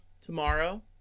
tomorrow